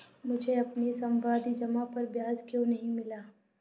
मुझे अपनी सावधि जमा पर ब्याज क्यो नहीं मिला?